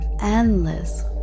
endless